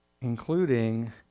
Including